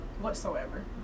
whatsoever